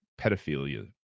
pedophilia